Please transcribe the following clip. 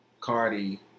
Cardi